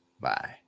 Bye